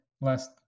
last